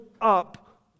up